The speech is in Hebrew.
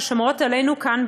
ששומרות עלינו כאן,